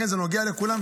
לכן זה נוגע לכולם,